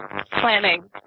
planning